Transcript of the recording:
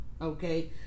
Okay